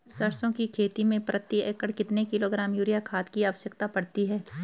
सरसों की खेती में प्रति एकड़ कितने किलोग्राम यूरिया खाद की आवश्यकता पड़ती है?